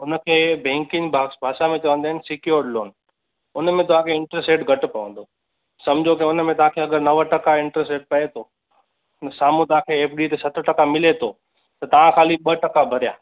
उनखे बैंकिंग भा भाषा में चवंदा आहिनि स्कयॉर लोन उनमें तव्हांखे इंटरस्ट रेट घटि पवंदो समिझो के उनमें तव्हांखे अगरि नव टका इंटरस्ट रेट पए तो ने साम्हूं तांखे एफ़ डीअ ते सत टका मिले थो त तव्हां ख़ाली ॿ टका भरिया